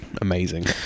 amazing